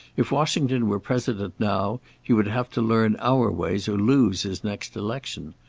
if washington were president now, he would have to learn our ways or lose his next election.